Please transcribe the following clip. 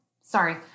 Sorry